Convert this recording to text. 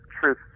truth